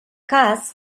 cas